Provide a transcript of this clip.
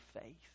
faith